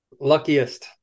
Luckiest